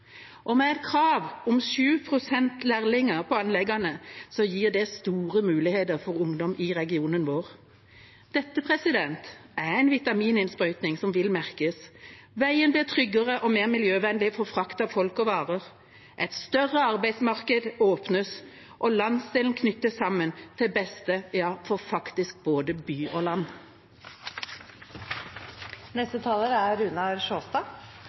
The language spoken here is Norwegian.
Med et krav om 7 pst. lærlinger på anleggene gir det store muligheter for ungdom i regionen vår. Dette er en vitamininnsprøyting som vil merkes. Veien blir tryggere og mer miljøvennlig for frakt av folk og varer, et større arbeidsmarked åpnes, og landsdelen knyttes sammen til beste – ja – for faktisk både by og land.